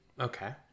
Okay